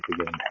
again